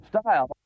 style